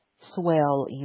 swell